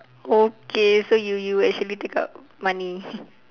okay so you you actually take out money